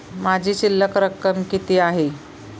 माझी शिल्लक रक्कम किती आहे?